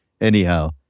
Anyhow